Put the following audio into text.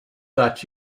that